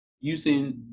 using